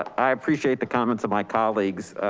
i appreciate the comments of my colleagues.